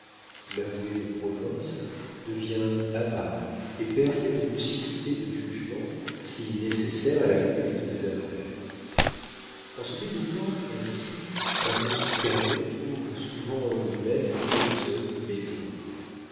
l'avoué de province devient bavard et perd cette lucidité de jugement si nécessaire à la conduite des affaires en se dédoublant ainsi un homme supérieur trouve souvent en lui-même deux hommes médiocres